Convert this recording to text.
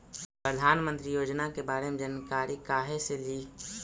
प्रधानमंत्री योजना के बारे मे जानकारी काहे से ली?